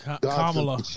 Kamala